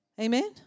Amen